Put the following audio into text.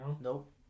Nope